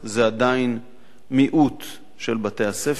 זה עדיין מיעוט של בתי-הספר,